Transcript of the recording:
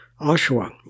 Oshawa